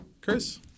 Chris